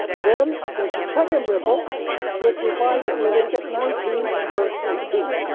then there's the second ripple which we find in leviticus nineteen and verse eighteen.